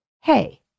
hey